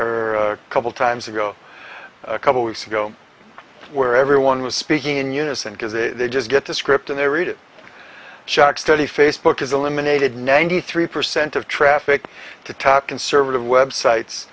or a couple times ago a couple weeks ago where everyone was speaking in unison because they just get the script and they read it shock study facebook is eliminated ninety three percent of traffic to top conservative websites